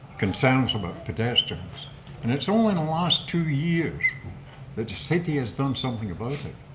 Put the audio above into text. concerns about pedestrians and it's only in the last two years that city has done something about it.